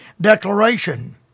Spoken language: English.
declaration